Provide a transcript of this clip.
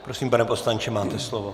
Prosím, pane poslanče, máte slovo.